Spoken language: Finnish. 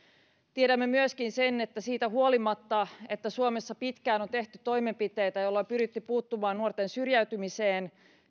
tiedämme myöskin sen että siitä huolimatta että suomessa pitkään on tehty toimenpiteitä joilla on pyritty puuttumaan nuorten syrjäytymiseen